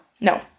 No